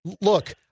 look